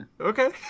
okay